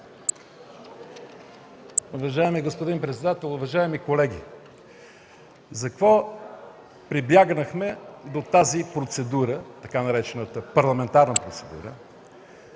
Уважаеми господин председател, уважаеми колеги! За какво прибягнахме до тази процедура, така наречената „парламентарна процедура”.